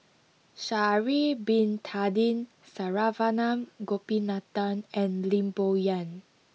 Sha'ari bin Tadin Saravanan Gopinathan and Lim Bo Yam